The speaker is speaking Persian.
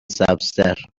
سبزتر